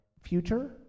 future